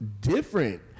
Different